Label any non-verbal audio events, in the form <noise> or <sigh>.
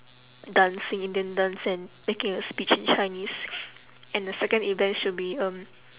dancing indian dance and making a speech in chinese <noise> and the second event should be um